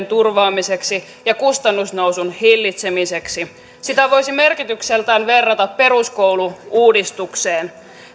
turvaamiseksi ja kustannusnousun hillitsemiseksi sitä voisi merkitykseltään verrata peruskoulu uudistukseen